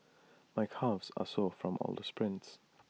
my calves are sore from all the sprints